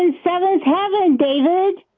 and seventh heaven david.